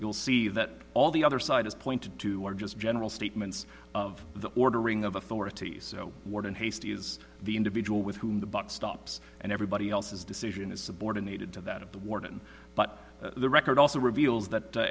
you'll see that all the other side has pointed to are just general statements of the ordering of authorities warden hastie is the individual with whom the buck stops and everybody else's decision is subordinated to that of the warden but the record also reveals that